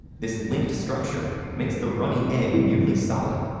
this linked structure makes the runny egg nearly solid,